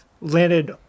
landed